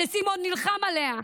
שסימון נלחם עליה,